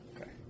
Okay